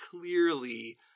clearly